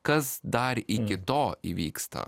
kas dar iki to įvyksta